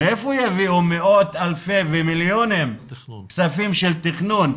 מאיפה יביאו מאות אלפי ומיליונים כספים של תכנון?